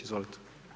Izvolite.